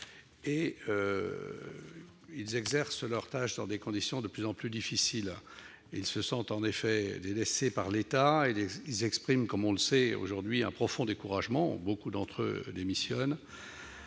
et exercent leur tâche dans des conditions de plus en plus difficiles. Ils se sentent en effet délaissés par l'État et expriment aujourd'hui un profond découragement- beaucoup d'entre eux démissionnent.